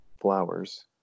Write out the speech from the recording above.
flowers